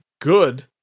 good